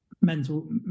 mental